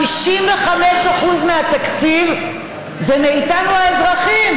55% מהתקציב הוא מאיתנו האזרחים.